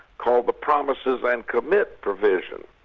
called the promises and commit division,